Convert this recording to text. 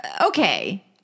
okay